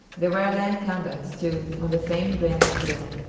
there were land combats, too, on the same grand scale.